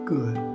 Good